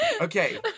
okay